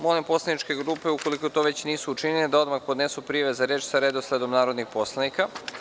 Molim poslaničke grupe, ukoliko to već nisu učinile, da odmah podnesu prijave za reč sa redosledom narodnih poslanika.